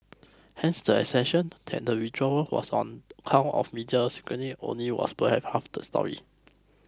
hence the assertion that the withdrawal was on account of media scrutiny only was perhaps half the story